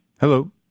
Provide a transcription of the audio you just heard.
Hello